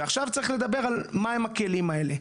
ועכשיו צריך לדבר על מהם הכלים האלה.